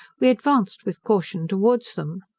we advanced with caution towards them,